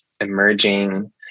emerging